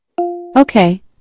Okay